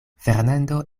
fernando